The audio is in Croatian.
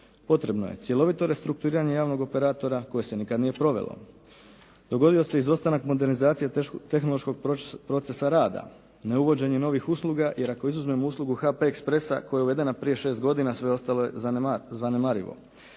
Potrebno je cjelovito restrukturiranje javnog operatora koje se nikada nije provelo, dogodio se izostanak modernizacije tehnološkog procesa rada, neuvođenje novih usluga jer ako izuzmemo uslugu HP expresa koja je uvedena prije 6 godina sve ostalo je zanemarivo.